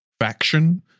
faction